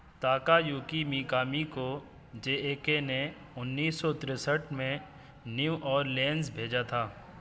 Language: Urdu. تاکایوکی میکامی کو جے اے کے نے انیس سو تریسٹھ میں نیو اورلینز بھیجا تھا